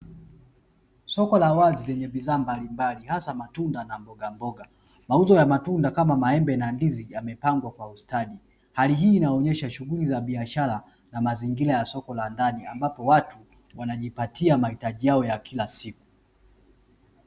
Soko la wazi lenye bidhaa mbalimbali hasa matunda na mboga mboga. Mauzo ya matunda kama maembe na ndizi yamepangwa kiustadi, hali hii inaonesha shughuli za kibiashara na mazingira yamepangwa soko la ndani ambapo watu wanajipatia mahitaji yao ya kila siku.